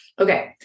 Okay